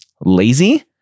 lazy